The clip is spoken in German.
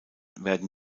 werden